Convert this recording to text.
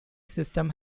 system